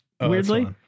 weirdly